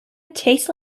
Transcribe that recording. tastes